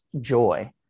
joy